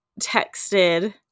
texted –